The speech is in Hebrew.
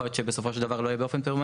יכול להיות שהוא לא יהיה באופן פרמננטי,